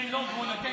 חמד,